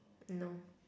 no